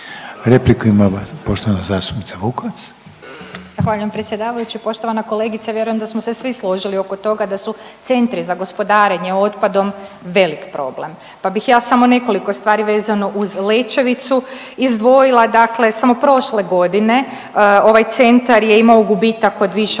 Ružica (Nezavisni)** Zahvaljujem predsjedavajući. Poštovana kolegice, vjerujem da su smo se svi složili oko toga da su centri za gospodarenje otpadom velik problem, pa bih ja samo nekoliko stvari vezano uz Lećevicu izdvojila dakle samo prošle godine ovaj centar je imao gubitak od više